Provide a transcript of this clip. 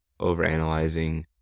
overanalyzing